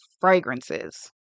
fragrances